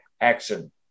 action